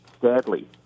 sadly